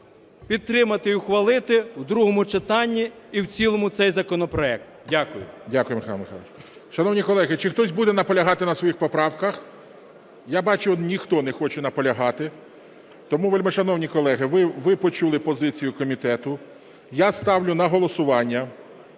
підтримати і ухвалити в другому читанні і в цілому цей законопроект. Дякую. ГОЛОВУЮЧИЙ. Дякую, Михайло Михайлович. Шановні колеги, чи хтось буде наполягати на своїх поправках? Я бачу, що ніхто не хоче наполягати. Тому, вельмишановні колеги, ви почули позицію комітету. Я ставлю на голосування